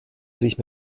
sich